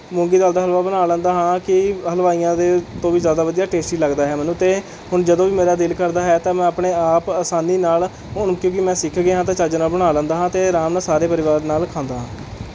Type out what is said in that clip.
ਮੂੰਗੀ ਦਾਲ ਦਾ ਹਲਵਾ ਬਣਾ ਲੈਂਦਾ ਹਾਂ ਕਿ ਹਲਵਾਈਆਂ ਦੇ ਤੋਂ ਵੀ ਜ਼ਿਆਦਾ ਵਧੀਆ ਟੇਸਟੀ ਲੱਗਦਾ ਹੈ ਮੈਨੂੰ ਅਤੇ ਹੁਣ ਜਦੋਂ ਵੀ ਮੇਰਾ ਦਿਲ ਕਰਦਾ ਹੈ ਤਾਂ ਮੈਂ ਆਪਣੇ ਆਪ ਆਸਾਨੀ ਨਾਲ ਹੁਣ ਕਿਉਂਕਿ ਮੈਂ ਸਿੱਖ ਗਿਆ ਹਾਂ ਤਾਂ ਚੱਜ ਨਾਲ ਬਣਾ ਲੈਂਦਾ ਹਾਂ ਅਤੇ ਆਰਾਮ ਨਾਲ ਸਾਰੇ ਪਰਿਵਾਰ ਨਾਲ ਖਾਂਦਾ ਹਾਂ